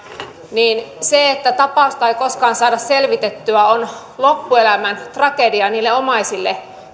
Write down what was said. se että tapausta ei koskaan saada selvitettyä on loppuelämän tragedia niille omaisille